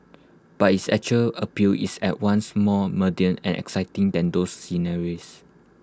but its actual appeal is at once more mundane and exciting than those sceneries